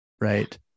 right